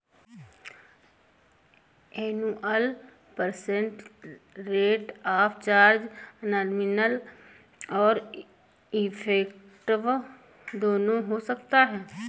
annual percent rate of charge nominal और effective दोनों हो सकता है